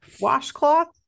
Washcloth